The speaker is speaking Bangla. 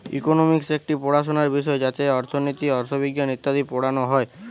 ইকোনমিক্স একটি পড়াশোনার বিষয় যাতে অর্থনীতি, অথবিজ্ঞান ইত্যাদি পড়ানো হয়